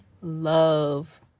love